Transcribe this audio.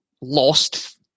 lost